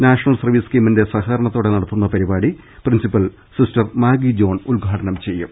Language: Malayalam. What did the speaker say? നാഷണൽ സർവ്വീസ് സ്കീമിന്റെ സഹകരണത്തോടെ നടത്തുന്ന പരിപാടി പ്രിൻസിപ്പൽ സിസ്റ്റർ മാഗി ജോൺ ഉദ്ഘാടനം ചെയ്യും